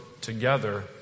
together